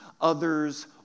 others